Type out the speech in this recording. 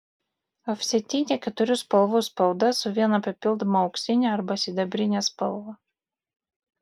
ofsetinė keturių spalvų spauda su viena papildoma auksine arba sidabrine spalva